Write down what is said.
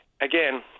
Again